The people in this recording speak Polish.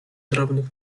drobnych